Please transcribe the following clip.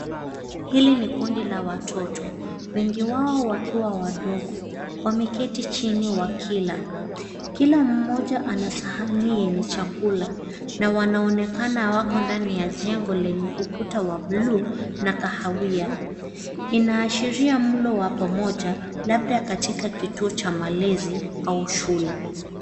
Hili ni kundi la watoto wengi wao wakiwa wadogo wameketi chini wakila kila mmoja anasahani yenye chakula na wanaonekana wako ndani ya jengo lenye ukuta wa buluu na kahawia inaashiria mlo wa pamoja labda katika kituo cha malezi au shule.